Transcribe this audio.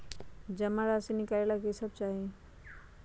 जमा राशि नकालेला कि सब चाहि?